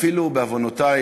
בעוונותי,